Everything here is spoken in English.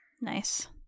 Nice